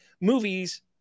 movies